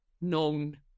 known